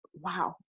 wow